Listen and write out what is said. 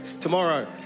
tomorrow